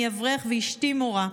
אני אברך ואשתי מורה.